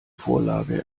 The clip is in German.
vorlage